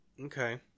Okay